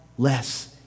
less